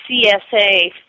CSA